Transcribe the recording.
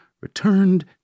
returned